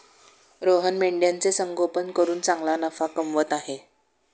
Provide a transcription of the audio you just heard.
रोहन मेंढ्यांचे संगोपन करून चांगला नफा कमवत आहे